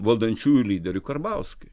valdančiųjų lyderiui karbauskiui